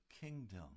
kingdom